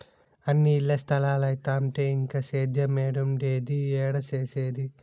అన్నీ ఇల్ల స్తలాలైతంటే ఇంక సేద్యేమేడుండేది, ఏడ సేసేది